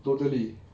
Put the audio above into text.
totally